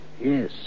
yes